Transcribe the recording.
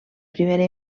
primera